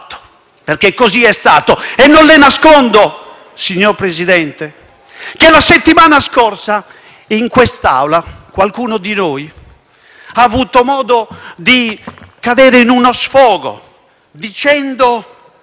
perché così è stato e non le nascondo, signor Presidente, che la settimana scorsa in quest'Aula qualcuno di noi ha avuto modo di cadere in uno sfogo dicendo: